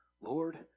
Lord